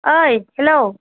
ऐ हेल'